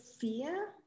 fear